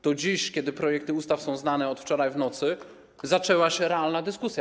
To dziś, bo projekty ustaw są znane od wczoraj w nocy, zaczęła się realna dyskusja.